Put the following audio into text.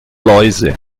läuse